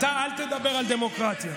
אתה, אל תדבר על דמוקרטיה.